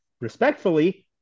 respectfully